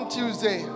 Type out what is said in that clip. Tuesday